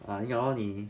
ah 赢了 lor 你